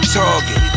target